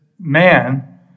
man